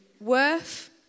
worth